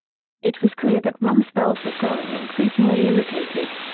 it was clear that rumsfeld was growing increasingly irritated.